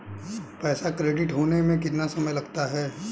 पैसा क्रेडिट होने में कितना समय लगता है?